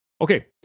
Okay